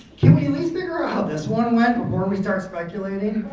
can we at least figure out how this one went before we start speculating?